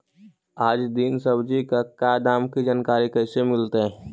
आज दीन सब्जी का क्या दाम की जानकारी कैसे मीलतय?